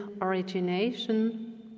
origination